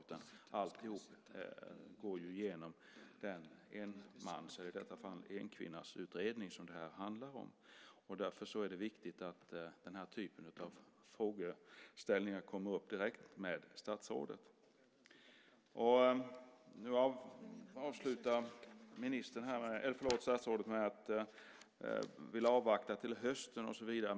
I stället går allt genom den enmansutredning som det här är fråga om - eller i detta fall enkvinnasutredning. Därför är det viktigt att denna typ av frågeställningar tas upp direkt med statsrådet. Statsrådet avslutar med att säga att hon vill avvakta till hösten och så vidare.